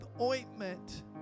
ointment